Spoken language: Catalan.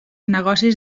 negocis